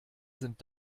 sind